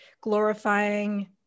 glorifying